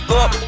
up